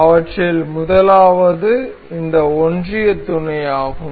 இவற்றில் முதலாவது இந்த ஒன்றிய துணையாகும்